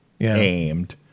aimed